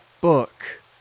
book